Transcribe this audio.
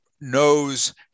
knows